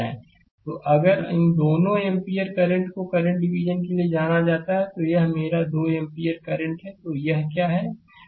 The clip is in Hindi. स्लाइड समय देखें 1430 तो अगर इन दो एम्पीयर करंट को करंट डिवीजन के लिए जाना है तो यह मेरा 2 एम्पियर करंट है तो यह क्या है